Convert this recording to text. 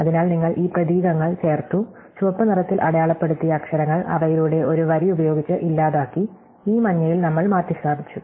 അതിനാൽ നിങ്ങൾ ഈ പ്രതീകങ്ങൾ ചേർത്തു ചുവപ്പ് നിറത്തിൽ അടയാളപ്പെടുത്തിയ അക്ഷരങ്ങൾ അവയിലൂടെ ഒരു വരി ഉപയോഗിച്ച് ഇല്ലാതാക്കി ഈ മഞ്ഞയിൽ നമ്മൾ മാറ്റിസ്ഥാപിച്ചു